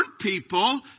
people